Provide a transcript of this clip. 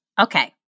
okay